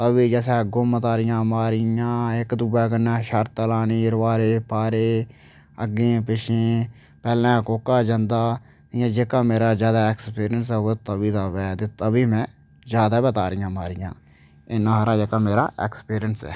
तवी च असें गुम तारियां मारनियां इक दूए कन्नै शर्तां लानियां रुआरें पारें अग्गें पिच्छें पैह्लै कोह्का जंदा जेह्का मेरा जादा ऐक्सपिरियंस ऐ ओह् तवी दा ऐ ते तवी मैं जादा गै तारियां मारियां इन्ना हारा जेह्का मेरा ऐक्सपिरियंस ऐ